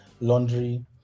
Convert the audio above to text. laundry